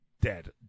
dead